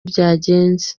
byagenze